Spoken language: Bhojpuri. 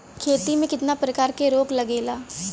खेती में कितना प्रकार के रोग लगेला?